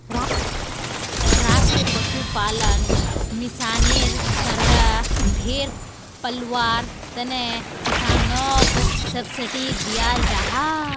राष्ट्रीय पशुपालन मिशानेर तहत भेड़ पलवार तने किस्सनोक सब्सिडी दियाल जाहा